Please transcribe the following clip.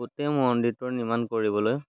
গোটেই মন্দিৰটো নিৰ্মাণ কৰিবলৈ